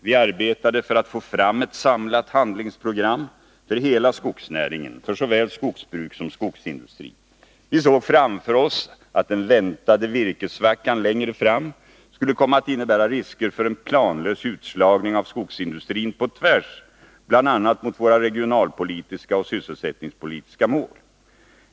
Vi arbetade för att få fram ett samlat handlingsprogram för hela skogsnäringen, för såväl skogsbruk som skogsindustri. Vi såg framför oss att den väntade virkessvackan längre fram skulle komma att innebära risker för en planlös utslagning av skogsindustrin, på tvärs bl.a. mot våra regionalpolitiska och sysselsättningspolitiska mål.